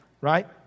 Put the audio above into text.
right